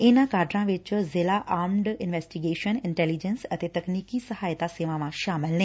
ਇਨੂਾਂ ਕਾਡਰਾਂ ਵਿਚ ਜ਼ਿਲੂਾ ਆਰਮਡ ਇਨਵੈਸਟੀਗੇਸ਼ਨ ਇੰਟੈਲੀਜੈਂਸ ਅਤੇ ਤਕਨੀਕੀ ਸਹਾਇਤਾ ਸੇਵਾਵਾਂ ਸ਼ਾਮਲ ਨੇ